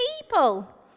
people